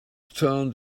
turned